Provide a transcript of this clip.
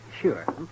sure